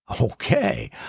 Okay